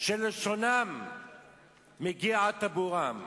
שלשונם מגיעה עד טבורם.